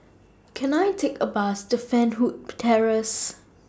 Can I Take A Bus to Fernwood Terrace